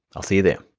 i'll see you there.